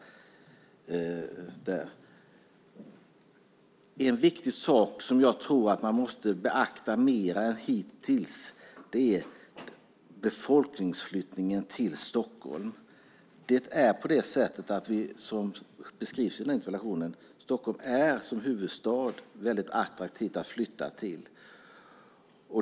En viktig sak som jag tror att man måste beakta mer än hittills är befolkningsflyttningen till Stockholm. Som beskrivs i interpellationen är Stockholm som huvudstad väldigt attraktiv att flytta till.